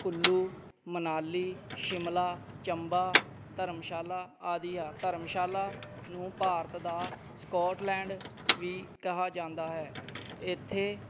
ਕੁੱਲੂ ਮਨਾਲੀ ਸ਼ਿਮਲਾ ਚੰਬਾ ਧਰਮਸ਼ਾਲਾ ਆਦਿ ਹੈ ਧਰਮਸ਼ਾਲਾ ਨੂੰ ਭਾਰਤ ਦਾ ਸਕੌਟਲੈਂਡ ਵੀ ਕਿਹਾ ਜਾਂਦਾ ਹੈ ਇੱਥੇ